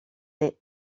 les